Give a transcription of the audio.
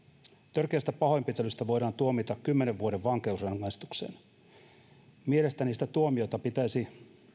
törkeästä pahoinpitelystä voidaan tuomita kymmenen vuoden vankeusrangaistukseen mielestäni sitä tuomiota pitäisi